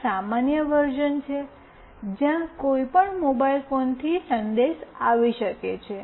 એક સામાન્ય વર્ઝન છે જ્યાં કોઈ પણ મોબાઇલ ફોનથી સંદેશ આવી શકે છે